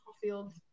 field